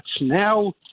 Now